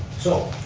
so,